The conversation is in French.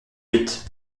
huit